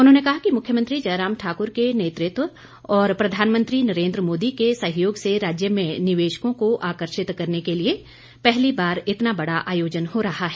उन्होंने कहा कि मुख्यमंत्री जयराम ठाकुर के नेतृत्व और प्रधानमंत्री नरेन्द्र मोदी के सहयोग से राज्य में निवेशकों को आकर्षित करने के लिए पहली बार इतना बड़ा आयोजन हो रहा है